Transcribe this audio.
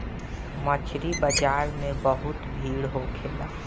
मछरी बाजार में बहुते भीड़ होखेला